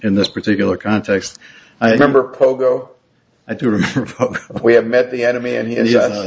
in this particular context i remember pogo i do remember we have met the enemy an